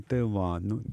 tai va nu